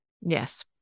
Yes